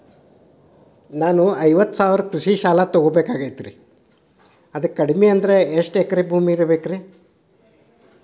ನಾನು ಐವತ್ತು ಸಾವಿರ ಕೃಷಿ ಸಾಲಾ ತೊಗೋಬೇಕಾಗೈತ್ರಿ ಅದಕ್ ಕಡಿಮಿ ಅಂದ್ರ ಎಷ್ಟ ಎಕರೆ ಭೂಮಿ ಇರಬೇಕ್ರಿ?